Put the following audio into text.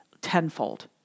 tenfold